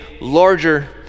larger